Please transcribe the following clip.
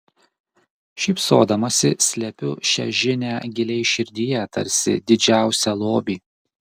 šypsodamasi slepiu šią žinią giliai širdyje tarsi didžiausią lobį